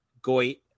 goit